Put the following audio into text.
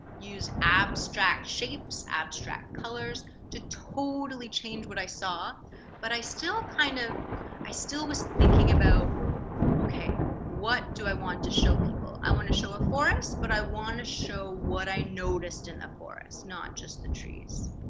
use abstract shapes abstract colors to totally change what i saw but i still kind of i still was thinking about okay what do i want to show people i want to show a force but i want to show what i noticed in the forest not just the trees